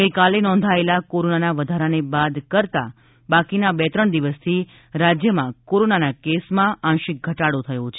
ગઈકાલે નોંધાયેલા કોરોનાના વધારાને બાદ કરતાં બાકીના બે ત્રણ દિવસથી રાજ્યમાં કોરોનાના કેસમાં આંશિક ઘટાડો થયો છે